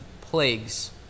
plagues